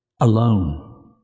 alone